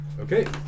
Okay